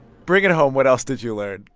bring it home. what else did you learn?